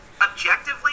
Objectively